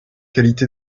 qualité